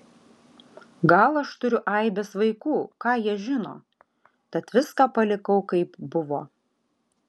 gal aš turiu aibes vaikų ką jie žino tad viską palikau kaip buvo